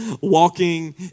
Walking